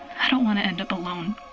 i don't want to end up alone.